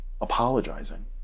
apologizing